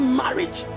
marriage